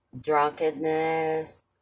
Drunkenness